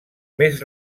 més